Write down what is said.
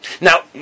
Now